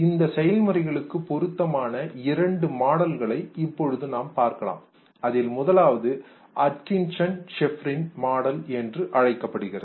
இந்த செயல்முறைகளுக்கு பொருத்தமான இரண்டு மாடல்களை இப்போது நாம் பார்க்கலாம் அதில் முதலாவது Atkinson Shiffrin model Atkinson Shiffrin's model என்று அழைக்கப்படுகிறது